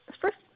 First